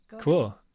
cool